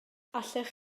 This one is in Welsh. allech